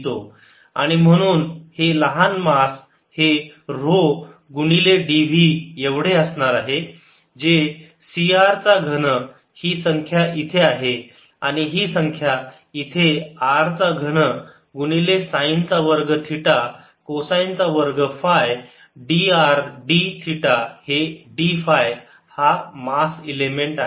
dVr2drsinθdθdϕ rθϕCx2zCr2ϕ r।cosθ। आणि म्हणून हे लहान मास हे ऱ्हो गुणिले dv येवढे असणार आहे जे C r चा घन ही संख्या इथे आहे आणि ही संख्या इथे r चा घन गुणिले साईन चा वर्ग थिटा कोसाईनचा वर्ग phi d R d theta हे d फाय हा मास इलेमेंट आहे